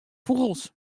fûgels